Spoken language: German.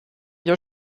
jahr